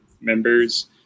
members